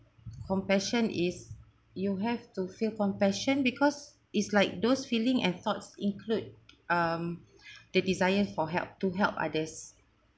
compassion is you have to feel compassion because is like those feelings and thoughts include um the desire for help to help others